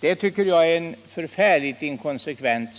Det tycker jag är förfärligt inkonsekvent.